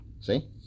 See